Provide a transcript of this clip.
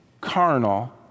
carnal